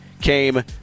came